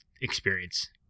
experience